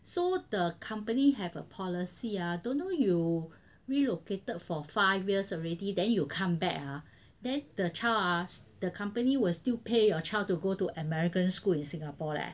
so the company have a policy ah don't know you relocated for five years already then you come back ah then the child ah the company will still pay your child to go to american school in Singapore leh